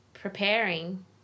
preparing